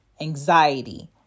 anxiety